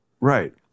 right